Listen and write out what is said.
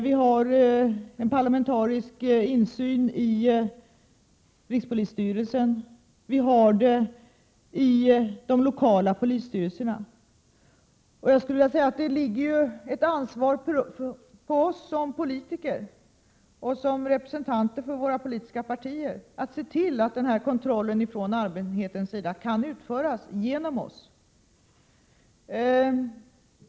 Vi har parlamentarisk insyn i rikspolisstyrelsen och i de lokala polisstyrelserna. På oss som politiker, och som representanter för våra politiska partier, ligger ett ansvar för att se till att den här kontrollen från allmänhetens sida kan utföras genom oss.